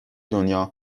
دنیا